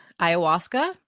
ayahuasca